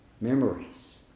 memories